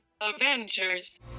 Avengers